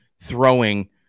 throwing